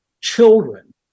children